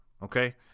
Okay